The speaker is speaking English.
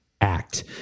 act